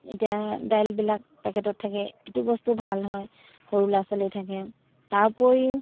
এতিয়া দাইলবিলাক পেকেটত থাকে এইটো বস্তু ভাল হয় সৰু ল'ৰা ছোৱালী থাকে তাৰ উপৰিও